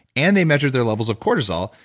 and they measured their levels of cortisol,